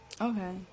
Okay